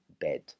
bed